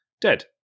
Dead